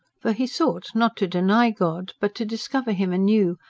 for he sought, not to deny god, but to discover him anew,